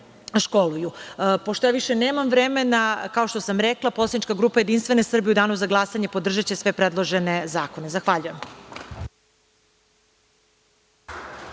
školuju. Pošto više nemam vremena, kao što sam rekla, Poslanička grupa Jedinstvene Srbije u danu za glasanje podržaće sve predložene zakone. Zahvaljujem.